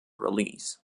release